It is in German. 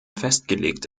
festgelegt